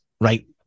right